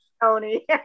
Tony